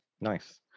Nice